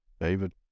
David